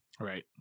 Right